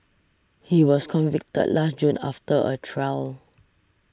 he was convicted last June after a trial